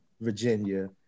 Virginia